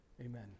Amen